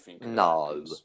No